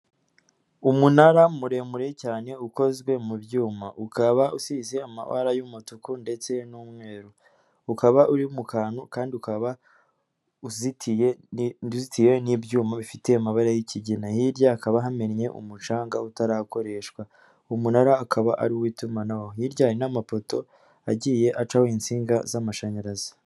Umunara muremure cyane, ukozwe mu byuma, ukaba usize amabara y'umutuku ndetse n'umweru, ukaba uri mu kantu kandi ukaba uzitiye n'ibyuma, bifite amabara y'ikigina, hirya hakaba hamennye umucanga utarakoreshwa, umunara ukaba ari uw'itumanaho, hirya hari n'amapoto agiye acaho insinga z'amashanyarazi.